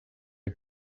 are